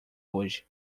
hoje